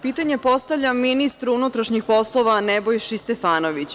Pitanje postavljam ministru unutrašnjih poslova, Nebojši Stefanoviću.